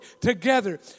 together